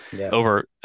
Over